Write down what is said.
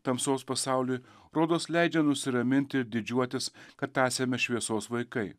tamsos pasauliui rodos leidžia nusiraminti ir didžiuotis kad esame šviesos vaikai